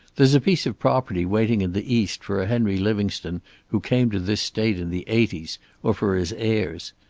there's a piece of property waiting in the east for a henry livingstone who came to this state in the eighty s, or for his heirs.